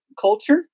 culture